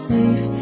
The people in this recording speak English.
safe